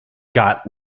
got